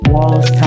Walls